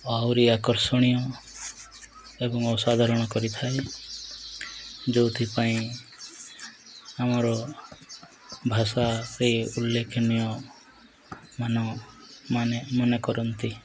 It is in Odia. ଆହୁରି ଆକର୍ଷଣୀୟ ଏବଂ ଅସାଧାରଣ କରିଥାଏ ଯେଉଁଥିପାଇଁ ଆମର ଭାଷାରେ ଉଲ୍ଲେଖନୀୟ ମାନ ମାନେ ମନେ କରନ୍ତି